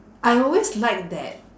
I always like that